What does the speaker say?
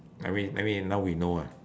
I mean I mean now we know ah